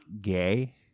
gay